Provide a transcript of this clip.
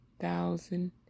thousand